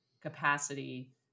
capacity